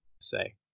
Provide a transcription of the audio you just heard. say